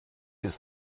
his